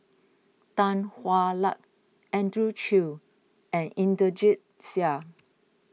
Tan Hwa Luck Andrew Chew and Inderjit Singh